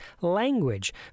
language